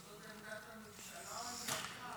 אבל זאת עמדת הממשלה או עמדתך?